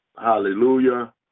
Hallelujah